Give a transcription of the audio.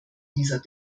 dieser